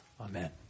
Amen